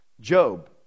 Job